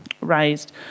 raised